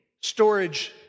storage